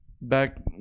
back